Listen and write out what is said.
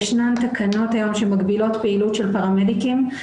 ישנן תקנות היום שמגבילות פעילות של פראמדיקים.